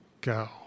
go